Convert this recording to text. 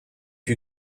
you